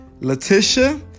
Letitia